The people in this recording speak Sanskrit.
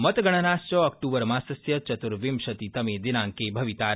मतगणनाश्व अक्तबरमासस्य चतुर्विंशति तमे दिनाड़के भवितार